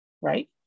Right